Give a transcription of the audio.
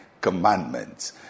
commandments